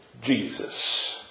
Jesus